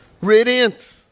radiant